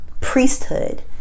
priesthood